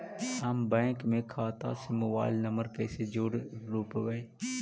हम बैंक में खाता से मोबाईल नंबर कैसे जोड़ रोपबै?